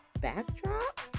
backdrop